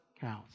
counts